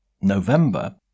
November